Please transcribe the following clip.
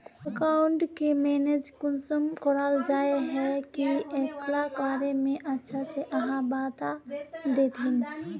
Account के manage कुंसम कराल जाय है की एकरा बारे में अच्छा से आहाँ बता देतहिन?